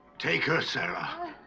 take her sarah